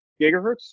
gigahertz